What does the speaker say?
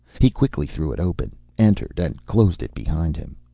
he quickly threw it open, entered, and closed it behind him.